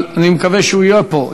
אבל אני מקווה שהוא יהיה פה.